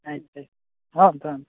ಆಯ್ತು ಆಯ್ತು